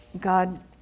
God